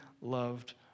loved